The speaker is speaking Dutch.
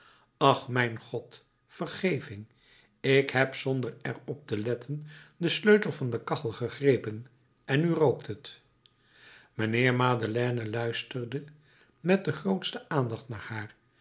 ach mijn god vergeving ik heb zonder er op te letten den sleutel van de kachel gegrepen en nu rookt het mijnheer madeleine luisterde met de grootste aandacht naar haar